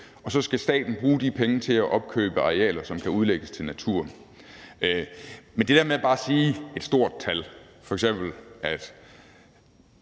og så skal staten bruge de penge til at opkøbe arealer, som kan udlægges til natur. Men det der med bare at sige et stort tal, f.eks. at